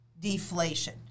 deflation